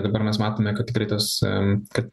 dabar mes matome kad tikrai tas kad